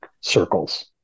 circles